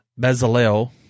Bezalel